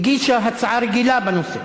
הגישה הצעה רגילה בנושא.